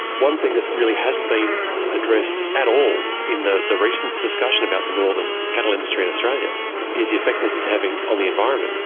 one thing that really hasn't been addressed at all in the the recent discussion about the northern cattle industry in australia is the effect this is having on the environment.